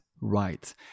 right